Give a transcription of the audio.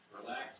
Relax